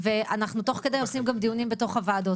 ואנחנו תוך כדי עושים גם דיונים בתוך הוועדות.